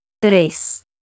Tres